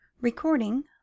Recording